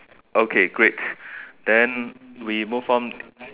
okay great then we move on